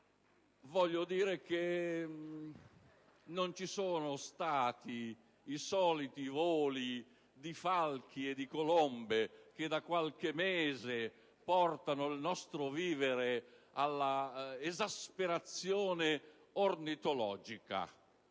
Vorrei dire che non ci sono stati i soliti voli di falchi e di colombe che da qualche mese portano il nostro vivere alla esasperazione ornitologica.